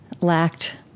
lacked